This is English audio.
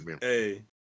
hey